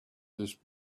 this